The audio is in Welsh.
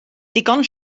digon